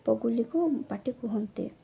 ପଗୁଲିକୁ ବାଟି କୁହନ୍ତି